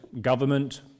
government